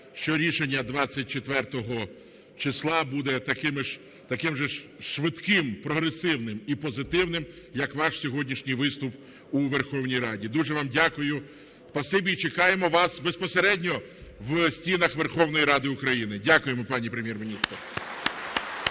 що рішення 24 числа буде таким же ж швидким, прогресивним і позитивним, як ваш сьогоднішній виступ у Верховній Раді. Дуже вам дякую. Спасибі, і чекаємо вас безпосередньо в стінах Верховної Ради України. Дякуємо, пані Прем'єр-міністр.